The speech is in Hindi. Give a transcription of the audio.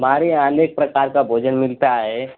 हमारे यहाँ अनेक प्रकार का भोजन मिलता है